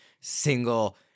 single